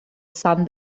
sun